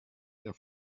der